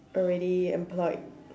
already employed